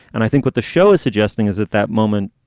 and i think what the show is suggesting is at that moment,